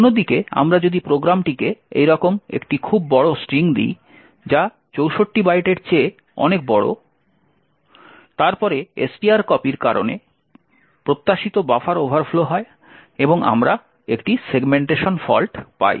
অন্যদিকে আমরা যদি প্রোগ্রামটিকে এইরকম একটি খুব বড় স্ট্রিং দিই যা 64 বাইটের চেয়ে অনেক বড় তারপরে strcpy এর কারণে প্রত্যাশিত বাফার ওভারফ্লো হয় এবং আমরা একটি সেগমেন্টেশন ফল্ট পাই